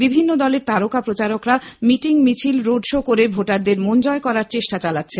বিভিন্ন দলের তারকা প্রচারকরা মিটিং মিছিল রোডশো করে ভোটারদের মন জয় করার চেষ্টা চালাচ্ছে